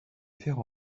faire